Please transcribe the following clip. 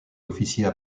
officiers